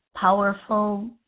powerful